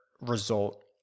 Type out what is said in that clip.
result